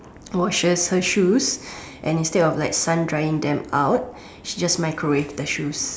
washes her shoes and instead of like sun drying them out she just microwave the shoes